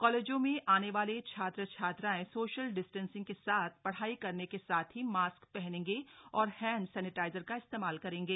कॉलेजों में आने वाले छात्र छात्राएं सोशल डिस्टेंसिंग के साथ पढ़ाई करने के साथ ही मास्क पहनेंगे और हैंड सैनेटाइजर का इस्तेमाल करेंगे